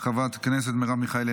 חברת הכנסת מרב מיכאלי,